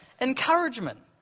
encouragement